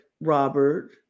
Robert